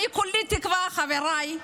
אני כולי תקווה, חבריי,